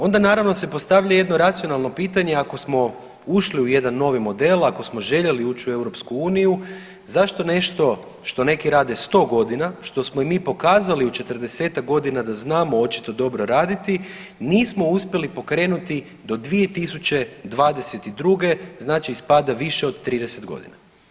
Onda naravno se postavlja jedno racionalno pitanje, ako smo ušli u jedan novi model, ako smo željeli ući u EU zašto nešto što neki rade 100 godina, što smo i pokazali u 40-ak godina da znamo očito dobro raditi, nismo uspjeli pokrenuti do 2022. znači ispada više od 30 godina.